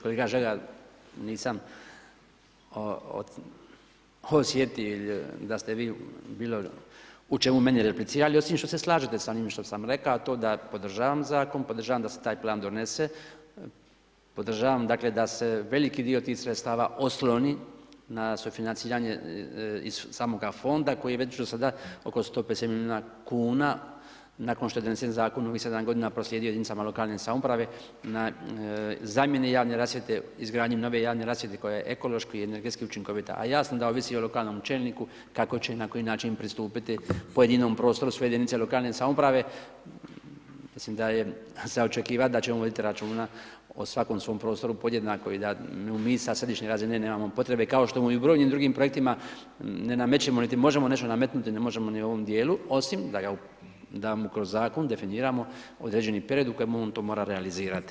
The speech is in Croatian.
Kolega Žagar nisam osjetio da ste vi bilo u čemu meni replicirali osim što se slažete sa onim što sam rekao, a to je da podržavam zakon, da podržavam da se taj plan donese, podržavam dakle da se veliki dio tih sredstava osloni na sufinanciranje iz samoga fonda koji je već sada oko 150 milijuna kuna nakon što je donesen zakon u ovim 7 godina proslijedio jedinicama lokalne samouprave na zamjenu javne rasvjete, izgradnju nove javne rasvjete koja je ekološki i energetski učinkovita, a jasno da ovisi o lokalnom čelniku kako će i na koji način pristupiti pojedinom prostoru svoje jedinice lokalne samouprave, mislim da je za očekivati da će voditi računa o svakom svom prostoru podjednako i da mi sa središnje razine nemamo potrebe kao i u mnogim drugim projektima ne namećemo niti možemo nešto nametnuti, ne možemo ni u ovom dijelu osim da mu kroz zakon definiramo određeni period u kojem on to mora realizirati.